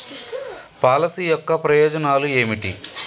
Policy యొక్క ప్రయోజనాలు ఏమిటి?